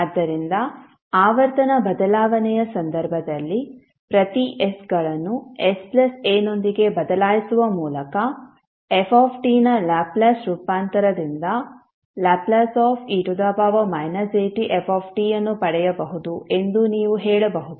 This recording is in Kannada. ಆದ್ದರಿಂದ ಆವರ್ತನ ಬದಲಾವಣೆಯ ಸಂದರ್ಭದಲ್ಲಿ ಪ್ರತಿ s ಗಳನ್ನು sa ನೊಂದಿಗೆ ಬದಲಾಯಿಸುವ ಮೂಲಕ f ನ ಲ್ಯಾಪ್ಲೇಸ್ ರೂಪಾಂತರದಿಂದ Le atf ಅನ್ನು ಪಡೆಯಬಹುದು ಎಂದು ನೀವು ಹೇಳಬಹುದು